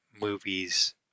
movies